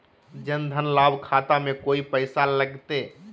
जन धन लाभ खाता में कोइ पैसों लगते?